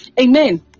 Amen